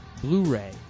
Blu-ray